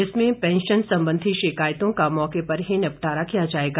इसमें पैंशन संबंधी शिकायतों का मौके पर ही निपटारा किया जाएगा